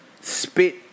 spit